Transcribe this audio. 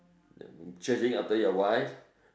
chasing after your wife